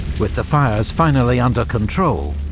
with the fires finally under control,